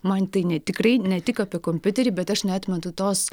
man tai ne tikrai ne tik apie kompiuterį bet aš neatmetu tos